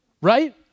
Right